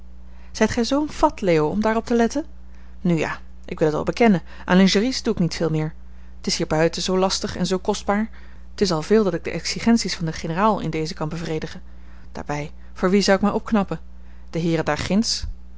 zijt gij zoo'n fat leo om daarop te letten nu ja ik wil het wel bekennen aan lingeries doe ik niet veel meer t is hier buiten zoo lastig en zoo kostbaar het is al veel als ik de exigenties van den generaal in dezen kan bevredigen daarbij voor wie zou ik mij opknappen de heeren daar ginds